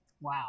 Wow